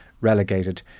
relegated